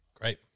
great